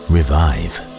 Revive